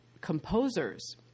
composers